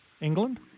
England